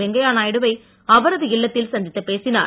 வெங்கையா நாயுடுவை அவரது இல்லத்தில் சந்தித்துப் பேசினார்